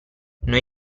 noi